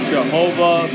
Jehovah